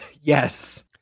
yes